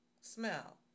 smell